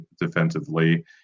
defensively